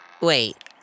wait